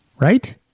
right